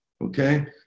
Okay